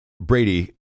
Brady